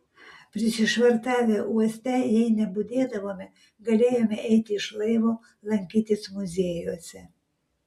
prisišvartavę uoste jei nebudėdavome galėjome eiti iš laivo lankytis muziejuose